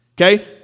Okay